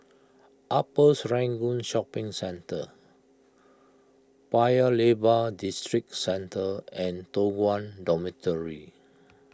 Upper Serangoon Shopping Centre Paya Lebar Districentre and Toh Guan Dormitory